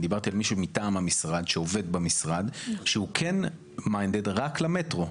דיברתי על מישהו מטעם המשרד שעובד במשרד שהוא כן minded רק למטרו.